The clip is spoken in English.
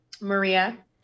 Maria